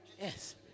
Yes